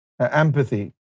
empathy